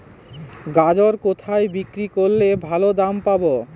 গাজর কোথায় বিক্রি করলে ভালো দাম পাব?